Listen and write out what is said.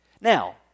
Now